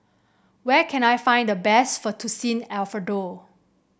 where can I find the best Fettuccine Alfredo